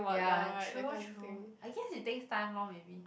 ya true true I guess it takes time lor maybe